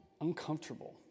uncomfortable